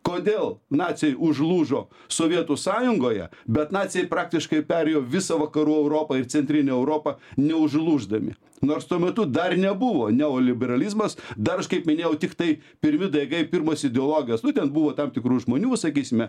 kodėl naciai užlūžo sovietų sąjungoje bet naciai praktiškai perėjo visą vakarų europą ir centrinę europą neužlūždami nors tuo metu dar nebuvo neoliberalizmas dar aš kaip minėjau tiktai pirmi daigai pirmos ideologijos nu ten buvo tam tikrų žmonių sakysime